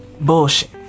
bullshit